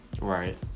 Right